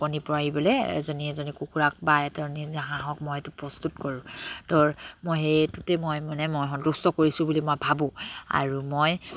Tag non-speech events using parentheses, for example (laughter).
কণী পাৰিবলে এজনী এজনী কুকুৰাক বা এজনী এজনী হাঁহক মই এইটো প্ৰস্তুত কৰোঁ (unintelligible) মই সেইটোতে মই মানে মই সন্তুষ্ট কৰিছোঁ বুলি মই ভাবোঁ আৰু মই